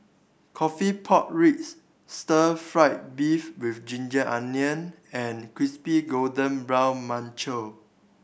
coffee pork ribs stir fried beef with ginger onions and crispy golden brown